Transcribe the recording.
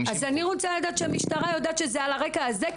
50%. אני רוצה לדעת שהמשטרה יודעת שזה על הרקע הזה.